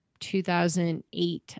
2008